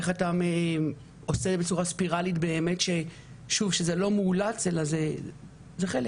איך אתה עושה בצורה ספירלית באמת שזה לא מאולץ אלא זה חלק.